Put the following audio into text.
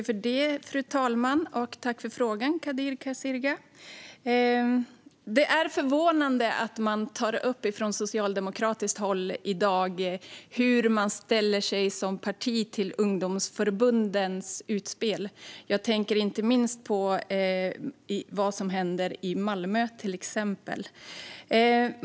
Fru talman! Tack, Kadir Kasirga, för frågan! Det är förvånande att man i dag från socialdemokratiskt håll tar upp hur man som parti ställer sig till ett ungdomsförbunds utspel. Jag tänker inte minst på vad som till exempel händer i Malmö.